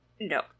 No